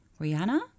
Rihanna